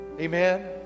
Amen